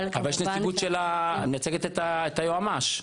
אבל -- יושבת פה מי שמייצגת את היועמ"ש.